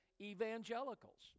evangelicals